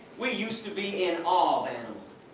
we used to be in awe of animals.